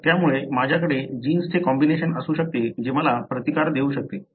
तर त्यामुळे माझ्याकडे जीन्सचे कॉम्बिनेशन असू शकते जे मला प्रतिकार देऊ शकते